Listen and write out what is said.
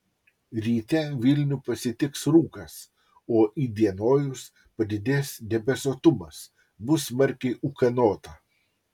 ryte vilnių pasitiks rūkas o įdienojus padidės debesuotumas bus smarkiai ūkanota